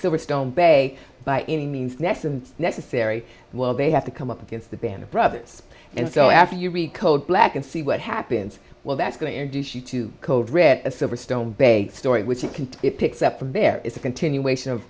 silverstone bay by any means necessary necessary well they have to come up against the band of brothers and so after you read code black and see what happens well that's going to introduce you to code red silverstone big story which it can be picks up from there is a continuation of